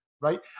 right